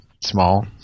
small